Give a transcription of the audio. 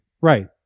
Right